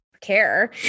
care